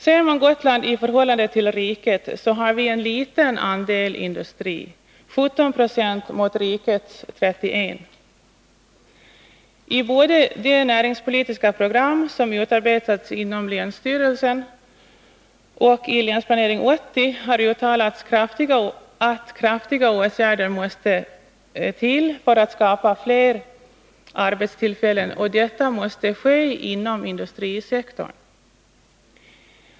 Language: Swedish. Ser man Gotland i förhållande till riket i övrigt, har Gotland en liten andel industri — 17 26 mot rikets 31 20. Både i det näringspolitiska program som utarbetats inom länsstyrelsen och i Länsplanering 80 har uttalats att kraftiga åtgärder måste till för att skapa fler arbetstillfällen och att detta måste ske inom industrisektorn.